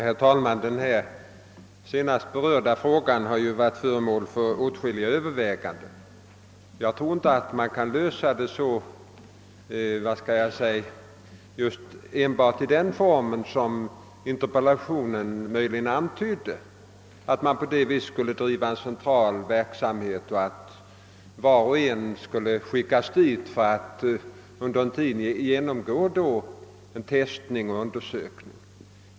Herr talman! Den senast berörda frågan har varit föremål för åtskilliga överväganden. Jag tror inte den kan lösas enbart i den form som antyds i interpellationen, nämligen genom en central verksamhet där var och en under en tid får genomgå testning och undersökning.